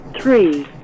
three